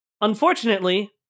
Unfortunately